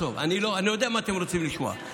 בסוף אני יודע מה אתם רוצים לשמוע,